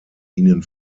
ihnen